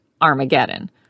Armageddon